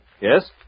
Yes